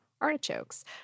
artichokes